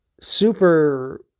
super